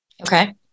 okay